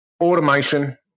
automation